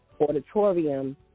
auditorium